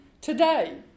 today